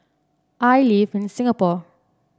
I live in Singapore